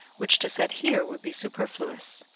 which to set here would be superfluous.